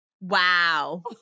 Wow